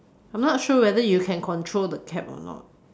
I'm not sure whether you can control the cap or not